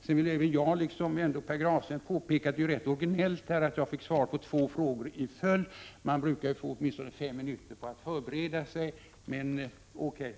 Sedan vill även jag, liksom Pär Granstedt, påpeka att det är rätt originellt att man får svar på två frågor i följd. Man brukar ju få åtminstone fem minuter för att förbereda sig, men O.K.